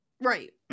right